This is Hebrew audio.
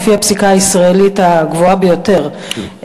לפי הפסיקה הישראלית הגבוהה ביותר,